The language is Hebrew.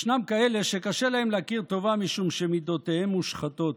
ישנם כאלה שקשה להם להכיר טובה משום שמידותיהם מושחתות.